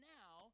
now